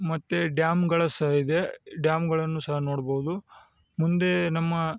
ಮತ್ತು ಡ್ಯಾಮ್ಗಳು ಸಹ ಇದೆ ಡ್ಯಾಮ್ಗಳನ್ನು ಸಹ ನೋಡ್ಬೌದು ಮುಂದೆ ನಮ್ಮ